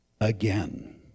again